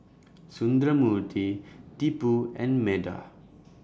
Sundramoorthy Tipu and Medha